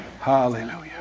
Hallelujah